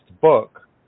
book